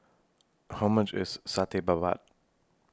How much IS Satay Babat